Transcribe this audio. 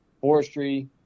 forestry